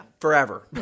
forever